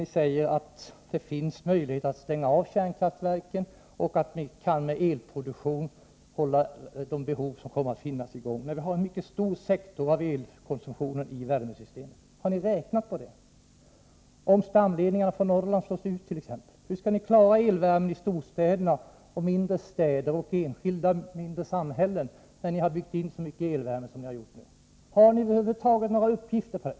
Ni säger att det finns möjlighet att stänga av kärnkraftverken och att tillgodose behoven genom annan elproduktion, men uppvärmningssystemet utgör en mycket stor sektor i elkonsumtionen. Har ni räknat på det? Om exempelvis stamledningarna från Norrland slås ut, hur skall ni klara behovet av elvärme i storstäder, mindre städer och samhällen, när ni byggt in så mycket elvärme som ni har gjort? Har ni över huvud taget några uppgifter om detta?